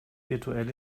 virtuell